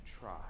try